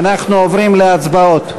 אנחנו עוברים להצבעות.